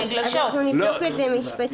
זה לא --- אנחנו נבדוק את זה משפטית.